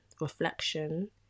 reflection